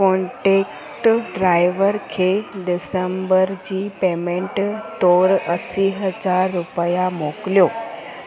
contact driver खे December जी payment तोर असीं हज़ार रुपया मोकिलियो